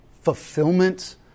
fulfillment